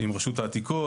עם רשות העתיקות,